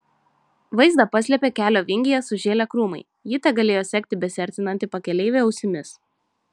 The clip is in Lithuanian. vaizdą paslėpė kelio vingyje sužėlę krūmai ji tegalėjo sekti besiartinantį pakeleivį ausimis